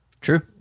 true